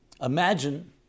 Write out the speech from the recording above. Imagine